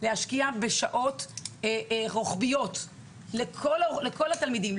להשקיע בשעות רוחביות לכל התלמידים,